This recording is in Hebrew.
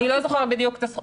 אני לא זוכרת בדיוק את הסכום.